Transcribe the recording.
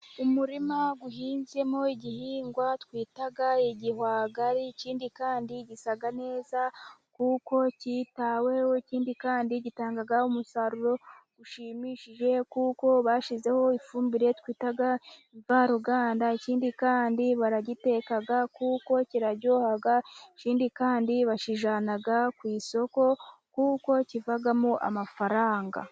Umurima uhinzemo igihingwa twita igihwagari ikindi kandi gisa neza kuko cyitaweho, ikindi kandi gitanga umusaruro ushimishije kuko bashyizeho ifumbire twita imvaruganda, ikindi kandi baragiteka kuko kiraryoha ikindi kandi bakiijyana ku isoko kuko kivagamo amafaranga.